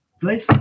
please